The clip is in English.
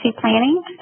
Planning